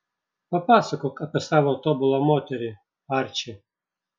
papasakok apie savo tobulą moterį arči